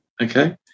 okay